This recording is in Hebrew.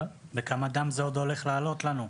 בכמה דם זה עוד הולך לעלות לנו?